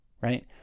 right